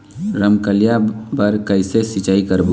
रमकलिया बर कइसे सिचाई करबो?